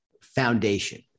foundation